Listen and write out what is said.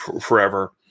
forever